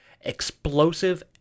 Explosive